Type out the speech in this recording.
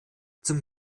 zum